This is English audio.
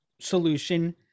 solution